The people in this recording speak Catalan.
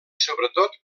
sobretot